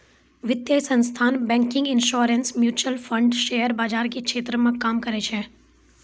वित्तीय संस्थान banking insurance mutual fund share बाजार के क्षेत्र मे काम करै छै